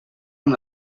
amb